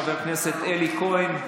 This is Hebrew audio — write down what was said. חבר הכנסת אלי כהן,